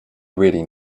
really